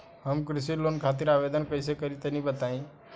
हम कृषि लोन खातिर आवेदन कइसे करि तनि बताई?